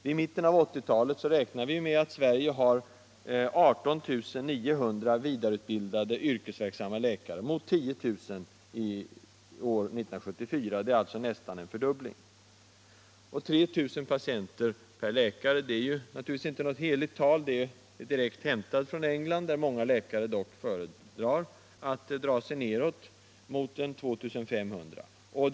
Vi räknar med att Sverige i mitten av 1980-talet har 18 900 vidareutbildade yrkesverksamma läkare, medan vi hade ca 10 000 under år 1974. Det är alltså nästan en fördubbling. 3 000 patienter per läkare är naturligtvis inte något heligt tal — det är direkt hämtat från England, där många läkare dock föredrar att komma ned mot 2 500 patienter.